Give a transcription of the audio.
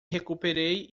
recuperei